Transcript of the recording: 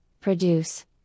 produce